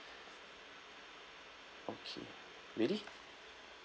okay ready